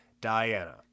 Diana